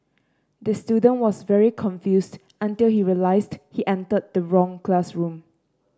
the student was very confused until he realised he entered the wrong classroom